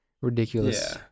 Ridiculous